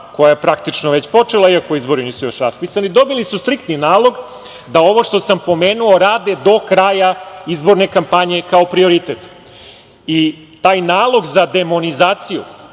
koja je praktično već počela, iako izbori nisu raspisani, striktni nalog da ovo što sam pomenuo rade do kraja izborne kampanje, kao prioritet. Taj nalog za demonizaciju